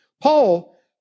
Paul